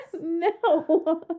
No